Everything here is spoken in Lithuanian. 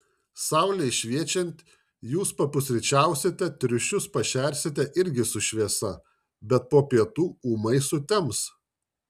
saulei šviečiant jūs papusryčiausite triušius pašersite irgi su šviesa bet po pietų ūmai sutems